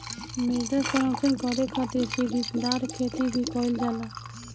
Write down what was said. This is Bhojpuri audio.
मृदा संरक्षण करे खातिर सीढ़ीदार खेती भी कईल जाला